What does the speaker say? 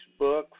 Facebook